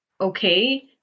okay